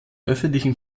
öffentlichen